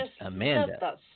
Amanda